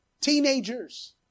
teenagers